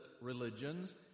religions